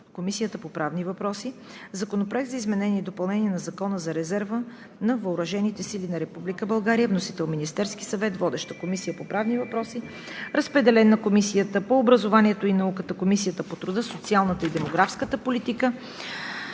Комисията по правни въпроси. Законопроект за изменение и допълнение на Закона за резерва на въоръжените сили на Република България. Вносител е Министерският съвет. Водеща е Комисията по правни въпроси. Разпределен е на Комисията по образованието и науката, Комисията по труда, социалната и демографската политика